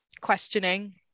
questioning